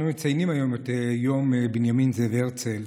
אנו מציינים היום את יום בנימין זאב הרצל.